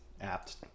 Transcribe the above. apt